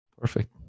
Perfect